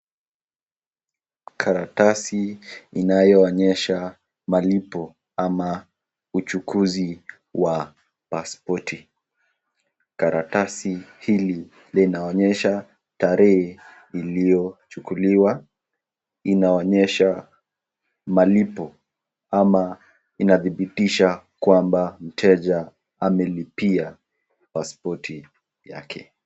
Karatasi inayo onyesha malipo ama uchukuzi wa pasipoti. Karatasi hili linaonyesha tarehe iliyochukuliwa. Inaonyesha malipo ama inadhibitisha kwamba mteja amelipia pasipoti yake.